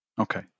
Okay